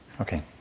Okay